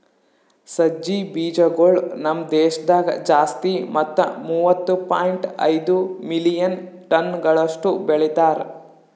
ಸಜ್ಜಿ ಬೀಜಗೊಳ್ ನಮ್ ದೇಶದಾಗ್ ಜಾಸ್ತಿ ಮತ್ತ ಮೂವತ್ತು ಪಾಯಿಂಟ್ ಐದು ಮಿಲಿಯನ್ ಟನಗೊಳಷ್ಟು ಬೆಳಿತಾರ್